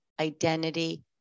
identity